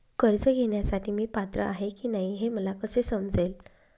कर्ज घेण्यासाठी मी पात्र आहे की नाही हे मला कसे समजेल?